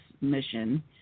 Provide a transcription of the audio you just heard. mission